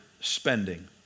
spending